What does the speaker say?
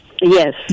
Yes